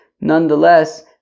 nonetheless